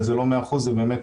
אבל זה לא מאה אחוז, זה באמת